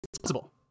possible